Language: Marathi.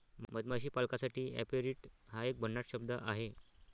मधमाशी पालकासाठी ऍपेरिट हा एक भन्नाट शब्द आहे